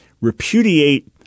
repudiate